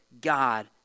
God